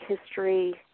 history